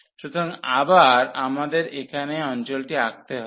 সুতরাং আবার আমাদের এখানে অঞ্চলটি আঁকতে হবে